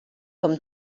com